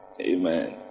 Amen